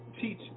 teach